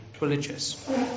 religious